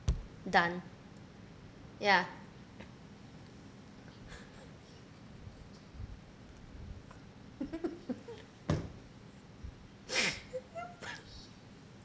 done ya